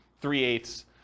three-eighths